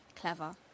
clever